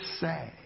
say